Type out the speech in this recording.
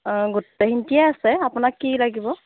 অ' গোটেই আছে আপোনাক কি লাগিব